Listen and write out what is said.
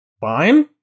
Fine